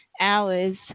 hours